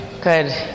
good